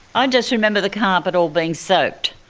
i just remember the carpet all being soaked.